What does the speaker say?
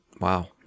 wow